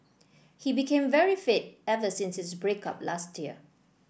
he became very fit ever since his break up last year